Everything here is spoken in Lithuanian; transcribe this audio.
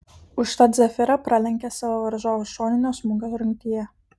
užtat zafira pralenkė savo varžovus šoninio smūgio rungtyje